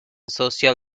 social